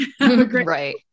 Right